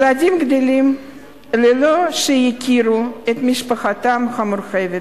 ילדים גדלים בלי שהכירו את משפחתם המורחבת,